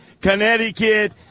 Connecticut